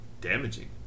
damaging